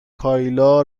کایلا